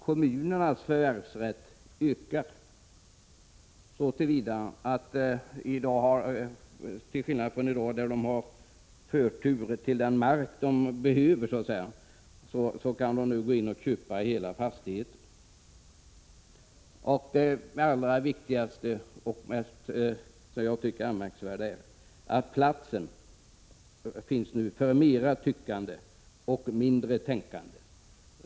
Kommunernas förvärvsrätt ökar så till vida att de i stället för att enligt nuvarande regler ha förtur till den mark de behöver nu får gå in och köpa hela fastigheter. Men det mest anmärkningsvärda är ändå att det lämnas utrymme för mera tyckande och mindre tänkande.